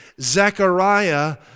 Zechariah